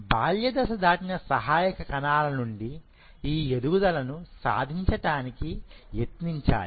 బాల్య దశ దాటిన సహాయక కణాలు నుండి ఈ ఎదుగుదలను సాధించటానికి యత్నించాలి